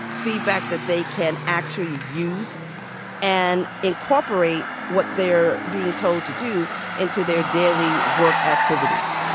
feedback that they can actually use and incorporate what they're being told to do into their daily work activities.